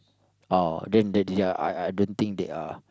oh then that they are I I don't think they are